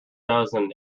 dozen